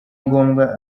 ngombwa